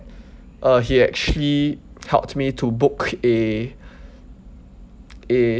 uh he actually helped me to book a a